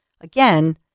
again